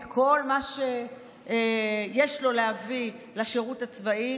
את כל מה שיש לו להביא לשירות הצבאי,